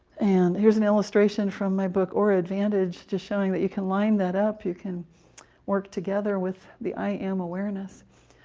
and here's an illustration from my book, aura advantage, showing that you can line that up you can work together with the i am awareness.